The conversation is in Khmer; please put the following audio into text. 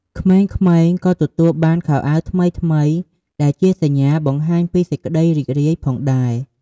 ក្មេងៗក៏ទទួលបាន ខោអាវថ្មីៗ ដែលជាសញ្ញាបង្ហាញពីសេចក្ដីរីករាយផងដែរ។